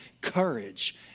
courage